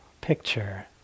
picture